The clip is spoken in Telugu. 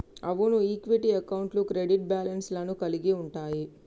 అవును ఈక్విటీ అకౌంట్లు క్రెడిట్ బ్యాలెన్స్ లను కలిగి ఉంటయ్యి